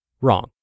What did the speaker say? wrong